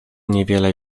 niewiele